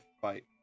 fight